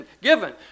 given